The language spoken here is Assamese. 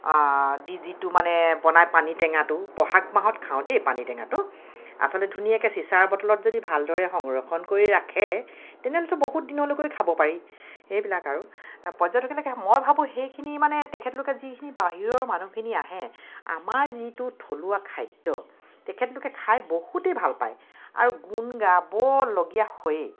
ডি যিটো মানে বনাই পানী টেঙাটো বহাগ মাহত খাওঁ দেই পানী টেঙাটো আচলতে ধুনীয়াকে চিচাৰ বটলত যদি ভালদৰে সংৰক্ষণ কৰি ৰাখে তেনেহ'লেতো বহুত দিনলৈকৈ খাব পাৰি সেইবিলাক আৰু পৰ্যটকসকলে মই ভাবোঁ সেইখিনি মানে তেখেতলোকে যিখিনি বাহিৰৰ মানুহখিনি আহে আমাৰ যিটো থলুৱা খাদ্য তেখেতলোকে খাই বহুতেই ভাল পায় আৰু গুণ গাবলগীয়া হৈয়েই